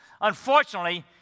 unfortunately